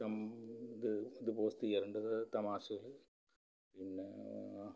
ഇത് ഇത് പോസ്റ്റ് ചെയ്യാറുണ്ട് അത് തമാശയിൽ പിന്നേ